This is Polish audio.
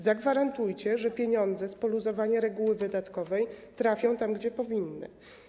Zagwarantujcie, że pieniądze z poluzowania reguły wydatkowej trafią tam, gdzie powinny.